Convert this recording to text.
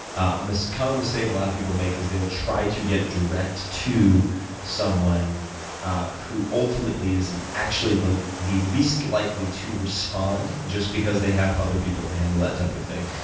ah most common mistake a lot of people make is they will try to get direct to someone who ultimately is and actually the the least likely to respond just because they have other people to handle that type of thing.